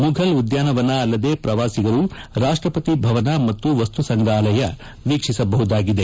ಮುಫಲ್ ಉದ್ಯಾನವನ ಅಲ್ಲದೇ ಪ್ರವಾಸಿಗರು ರಾಷ್ಟ್ರಪತಿ ಭವನ ಮತ್ತು ವಸ್ತು ಸಂಗ್ರಹಾಲಯ ವೀಕ್ಷಿಸಬಹುದಾಗಿದೆ